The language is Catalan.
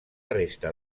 resta